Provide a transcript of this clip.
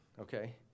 okay